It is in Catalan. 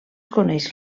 coneix